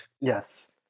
yes